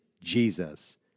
Jesus